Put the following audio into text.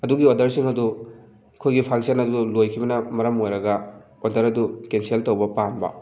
ꯑꯗꯨꯒꯤ ꯑꯣꯔꯗꯔꯁꯤꯡ ꯑꯗꯨ ꯑꯩꯈꯣꯏꯒꯤ ꯐꯪꯁꯟ ꯑꯗꯨ ꯂꯣꯏꯈꯤꯕꯅ ꯃꯔꯝ ꯑꯣꯏꯔꯒ ꯑꯣꯔꯗꯔ ꯑꯗꯨ ꯀꯦꯟꯁꯦꯜ ꯇꯧꯕ ꯄꯥꯝꯕ